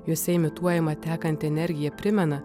juose imituojama tekanti energija primena